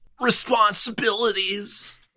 responsibilities